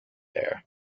there